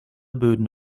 böden